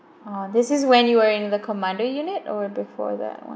oh this is when you were in the commander unit or before that one